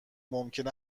ممکن